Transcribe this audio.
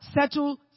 settle